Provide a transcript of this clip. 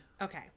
Okay